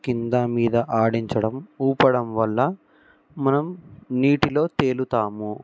కింద మీద ఆడించడం ఊపడం వల్ల మనం నీటిలో తేలుతాము